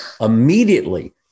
immediately